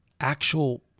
actual